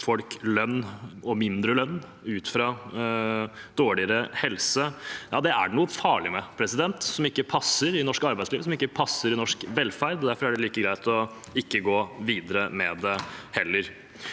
lønn og mindre lønn ut fra dårlig helse, er det noe farlig med, som ikke passer i norsk arbeidsliv, som ikke passer i norsk velferd. Derfor er det like greit ikke å gå videre med det heller.